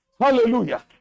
Hallelujah